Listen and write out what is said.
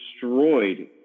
destroyed